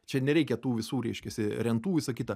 čia nereikia tų visų reiškiasi rentų visa kita